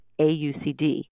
AUCD